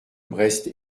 brest